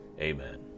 Amen